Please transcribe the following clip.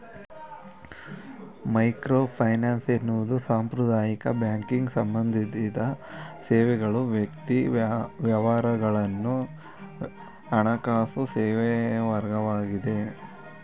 microfinance ಎನ್ನುವುದು ಸಾಂಪ್ರದಾಯಿಕ banking ಸಂಬಂಧಿತ ಸೇವೆಗಳ್ಗೆ ವ್ಯಕ್ತಿ ವ್ಯವಹಾರಗಳನ್ನ ಹಣಕಾಸು ಸೇವೆವರ್ಗವಾಗಿದೆ